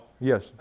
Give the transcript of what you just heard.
Yes